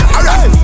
Alright